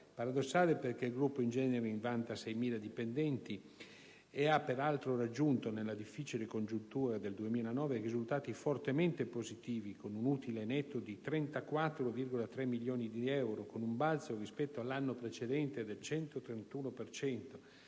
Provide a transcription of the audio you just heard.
paradossale. Il gruppo Engineering, infatti, vanta 6.000 dipendenti e ha peraltro raggiunto nella difficile congiuntura del 2009 risultati fortemente positivi, con un utile netto di 34,3 milioni di euro, facendo registrare un balzo rispetto all'anno precedente del 131